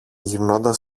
γυρνώντας